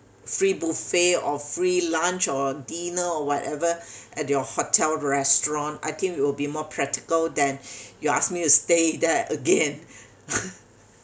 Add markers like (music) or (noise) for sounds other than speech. free buffet or free lunch or dinner or whatever at your hotel restaurant I think it will be more practical than you ask me to stay there again (laughs)